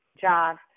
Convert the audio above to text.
John